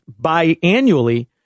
biannually